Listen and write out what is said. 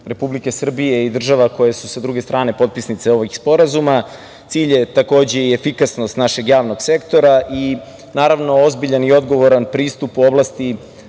Republike Srbije i država koje su sa druge strane potpisnice ovih sporazuma. Cilj je, takođe, i efikasnost našeg javnog sektora i, naravno, ozbiljan i odgovoran pristup u oblasti